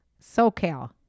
SoCal